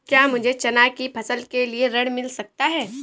क्या मुझे चना की फसल के लिए ऋण मिल सकता है?